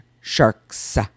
sharks